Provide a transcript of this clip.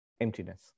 emptiness